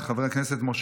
חבר הכנסת יאסר חוג'יראת,